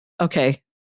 Okay